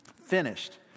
finished